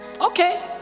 okay